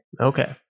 Okay